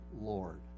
Lord